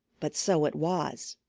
but so it was.